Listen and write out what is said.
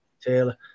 Taylor